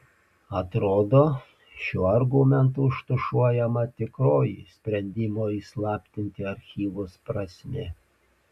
atrodo šiuo argumentu užtušuojama tikroji sprendimo įslaptinti archyvus prasmė